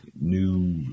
new